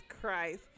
Christ